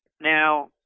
Now